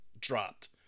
dropped